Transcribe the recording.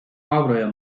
avroya